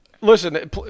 listen